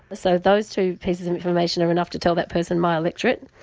but so, those two pieces of information are enough to tell that person my electorate,